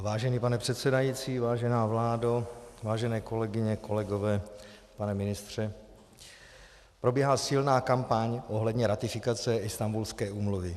Vážený pane předsedající, vážená vládo, vážené kolegyně, kolegové, pane ministře, probíhá silná kampaň ohledně ratifikace Istanbulské úmluvy.